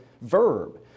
verb